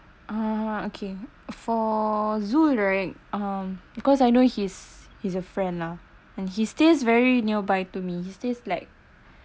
uh okay for zul right um because I know his he's a friend lah and he stays very nearby to me he stays like